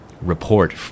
report